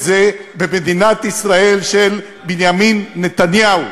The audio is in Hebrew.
את זה במדינת ישראל של בנימין נתניהו.